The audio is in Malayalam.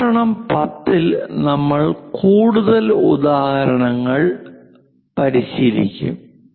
പ്രഭാഷണം 10 ൽ നമ്മൾ കൂടുതൽ ഉദാഹരണങ്ങൾ പരിശീലിക്കും